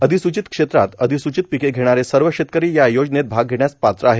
अधिसूचित क्षेत्रात अधिसूचित पिके घेणारे सर्व शेतकरी या योजनेत भाग घेण्यास पात्र आहेत